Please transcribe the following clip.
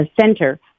center